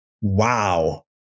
Wow